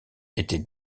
était